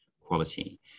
quality